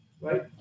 Right